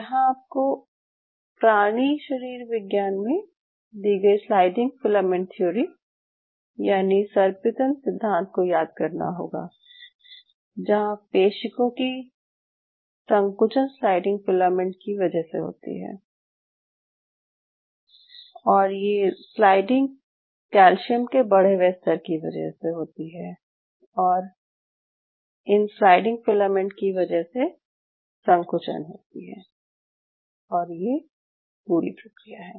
यहाँ आपको प्राणी शरीर विज्ञान में दी गयी स्लाइडिंग फिलामेंट थ्योरी यानि सर्पीतंतु सिद्धांत को याद करना होगा जहाँ पेशियों की संकुचन स्लाइडिंग फिलामेंट की वजह से होती है और ये स्लाइडिंग कैल्शियम के बढे हुए स्तर की वजह से होती है और इन स्लाइडिंग फिलामेंट की वजह से संकुचन होती है और ये पूरी प्रक्रिया है